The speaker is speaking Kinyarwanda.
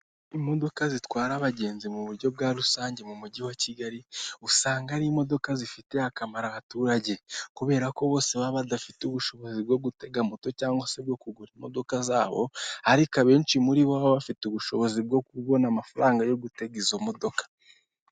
Imodoka zitwara abagenzi mu buryo bwa rusange mu mujyi wa Kigali usanga ari imodoka zifiteye akamaro abaturage, kubera ko bose baba badafite ubushobozi bwo gutega moto cyangwa se bwo kugura imodoka zabo, ariko abenshi muri bo baba bafite ubushobozi bwo kubona amafaranga yo gutega izo modoka.